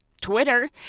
twitter